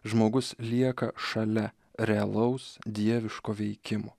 žmogus lieka šalia realaus dieviško veikimo